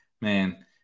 man